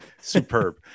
superb